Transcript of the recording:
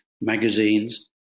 magazines